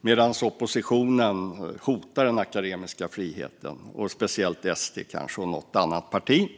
medan oppositionen hotar den akademiska friheten, speciellt SD och något annat parti.